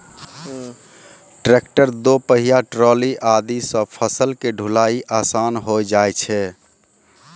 tractor, दो पहिया trolley आदि सॅ फसल के ढुलाई आसान होय जाय छै